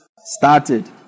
started